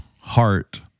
heart